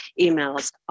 emails